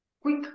quick